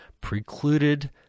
precluded